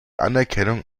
anerkennung